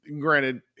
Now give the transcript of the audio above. granted